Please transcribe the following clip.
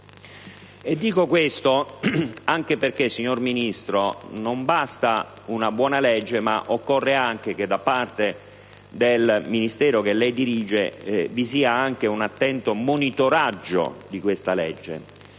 Dico questo anche perché, signor Ministro, non basta una buona legge, ma occorre anche che da parte del Ministero che lei dirige vi sia anche un attento monitoraggio di questa legge.